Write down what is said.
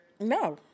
No